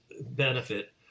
benefit